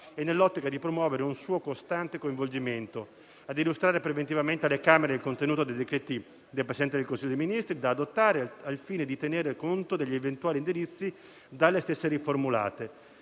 e nell'ottica di promuovere un suo costante coinvolgimento; ad illustrare preventivamente alle Camere il contenuto dei decreti del Presidente del Consiglio dei ministri da adottare, al fine di tenere conto degli eventuali indirizzi dalle stesse formulati;